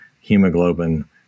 hemoglobin